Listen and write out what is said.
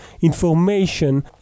information